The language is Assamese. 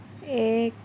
এক